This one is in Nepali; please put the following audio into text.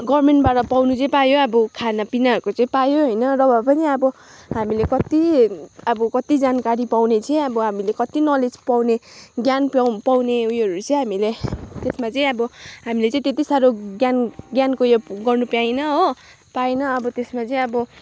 गभर्मेन्टबाट पाउनु चाहिँ पायो अब खानापिनाहरूको चाहिँ पायो होइन र भए पनि अब हामीले कति अब कति जानकारी पाउने चाहिँ अब हामीले कति नलेज पाउने ज्ञान पा पाउने उयोहरू चाहिँ हामीले त्यसमा चाहिँ अब हामीले चाहिँ त्यति साह्रो ज्ञान ज्ञानको उयो गर्नु पाइन हो पाइन अब त्यसमा चाहिँ अब